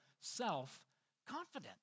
self-confident